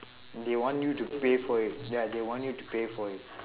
they want you to pay for it ya they want you to pay for it